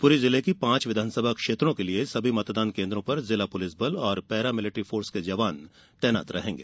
शिवपुरी जिले की पांच विधानसभा क्षेत्रों के लिये सभी मतदान केन्द्रों पर जिला पुलिस बल और पैरा मिलिट्रि फोर्स के जवान तैनात रहेंगे